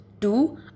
Two